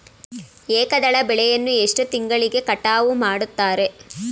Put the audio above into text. ಏಕದಳ ಬೆಳೆಯನ್ನು ಎಷ್ಟು ತಿಂಗಳಿಗೆ ಕಟಾವು ಮಾಡುತ್ತಾರೆ?